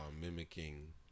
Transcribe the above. mimicking